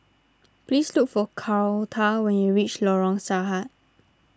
please look for Carlota when you reach Lorong Sarhad